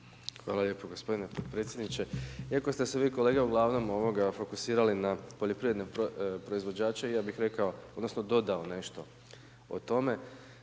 Hvala lijepo gospodine potpredsjedniče. Iako ste se vi kolega, ugl. fokusirali na poljoprivredne proizvođače, ja bih rekao, odnosno, dodao nešto o tome.